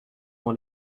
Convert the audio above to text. dans